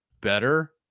better